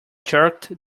jerked